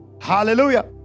Hallelujah